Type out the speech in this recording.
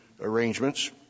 arrangements